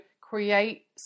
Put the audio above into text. create